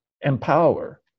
empower